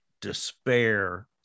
despair